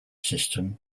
system